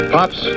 Pops